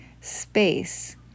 space